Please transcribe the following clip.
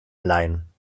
leihen